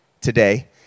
today